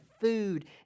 food